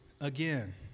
again